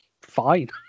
fine